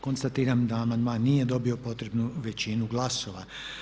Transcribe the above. Konstatiram da amandman nije dobio potrebnu većinu glasova.